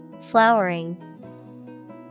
Flowering